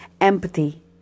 empathy